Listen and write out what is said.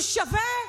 זה שווה?